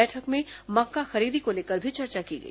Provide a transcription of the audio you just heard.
बैठक में मक्का खरीदी को लेकर भी चर्चा की गई